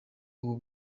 ubu